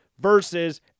versus